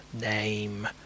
name